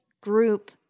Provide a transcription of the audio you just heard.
group